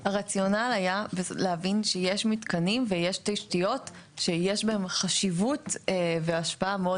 הרציונל היה להבין שיש מתקנים ויש תשתיות שיש בהם חשיבות והשפעה מאוד